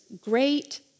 great